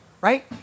right